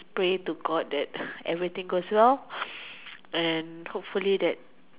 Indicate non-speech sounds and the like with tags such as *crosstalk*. pray to God that *breath* everything's goes well and hopefully that